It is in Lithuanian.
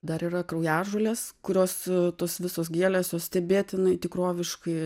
dar yra kraujažolės kurios tos visos gėlės jos stebėtinai tikroviškai